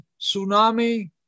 tsunami